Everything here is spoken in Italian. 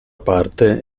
parte